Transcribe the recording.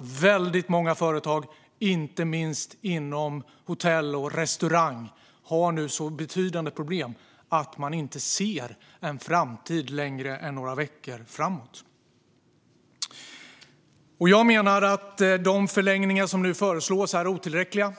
Väldigt många företag, inte minst inom hotell och restaurangbranschen, har nu så pass betydande problem att de inte ser en framtid längre än några veckor framåt. De förlängningar som nu föreslås är otillräckliga.